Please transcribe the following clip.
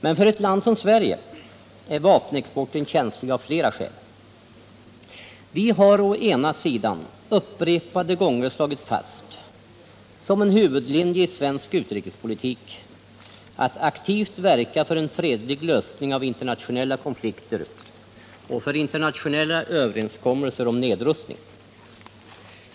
Men för ett land som Sverige är vapenexporten känslig av flera skäl. Vi har å ena sidan upprepade gånger slagit fast som en huvudlinje i svensk utrikespolitik att Sverige skall aktivt verka för en fredlig lösning av internationella konflikter och för internationella överenskommelser om nedrustning.